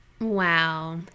Wow